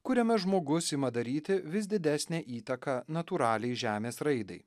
kuriame žmogus ima daryti vis didesnę įtaką natūraliai žemės raidai